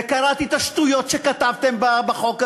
וקראתי את השטויות שכתבתם בחוק הזה.